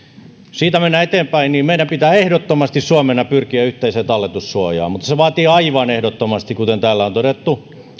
siitä mennään eteenpäin meidän pitää ehdottomasti suomena pyrkiä yhteiseen talletussuojaan mutta se vaatii aivan ehdottomasti kuten täällä on todettu